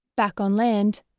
back on land,